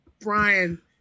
Brian